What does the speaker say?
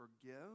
forgive